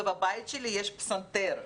ובבית שלי יש פסנתר,